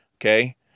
Okay